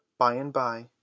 By-and-by